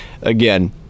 again